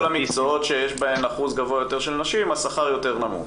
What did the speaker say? המקצועות שיש בהם אחוז גבוה יותר של נשים השכר יותר נמוך.